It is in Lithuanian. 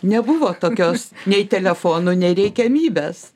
nebuvo tokios nei telefonų nei reikiamybės